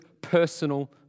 personal